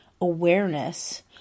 awareness